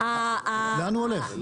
לאן הוא הולך?